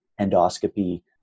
endoscopy